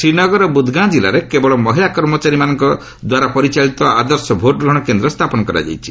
ଶ୍ରୀନଗର ଓ ବୁଦଗାଓଁ ଜିଲ୍ଲାରେ କେବଳ ମହିଳା କର୍ମଚାରୀମାନଙ୍କ ପରିଚାଳିତ ଆଦର୍ଶ ଭୋଟ୍ଗ୍ରହଣ କେନ୍ଦ୍ର ସ୍ଥାପନ କରାଯାଇଛି